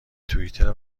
توییتر